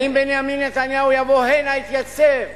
האם בנימין נתניהו יבוא הנה, יתייצב